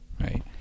right